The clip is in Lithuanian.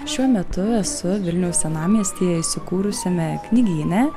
šiuo metu esu vilniaus senamiestyje įsikūrusiame knygyne